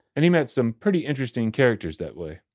and he met some pretty interesting characters that way.